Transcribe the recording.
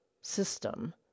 system